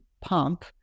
pump